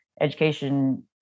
education